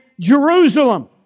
Jerusalem